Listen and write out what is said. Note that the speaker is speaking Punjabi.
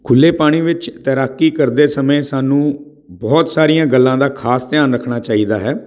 ਖੁੱਲੇ ਪਾਣੀ ਵਿੱਚ ਤੈਰਾਕੀ ਕਰਦੇ ਸਮੇਂ ਸਾਨੂੰ ਬਹੁਤ ਸਾਰੀਆਂ ਗੱਲਾਂ ਦਾ ਖ਼ਾਸ ਧਿਆਨ ਰੱਖਣਾ ਚਾਹੀਦਾ ਹੈ